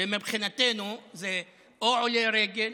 ומבחינתנו זה עולה רגל,